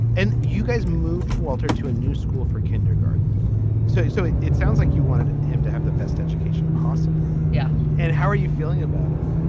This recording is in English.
and you guys moved walter to a new school for kindergarten so. so it it sounds like you wanted him to have the best education possible. yeah. and how are you feeling about it